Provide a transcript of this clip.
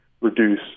reduce